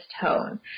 tone